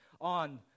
on